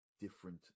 different